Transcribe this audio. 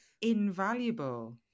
invaluable